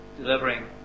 delivering